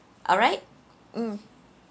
alright mm